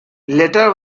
later